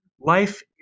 Life